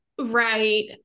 right